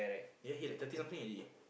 ya he like thirty something already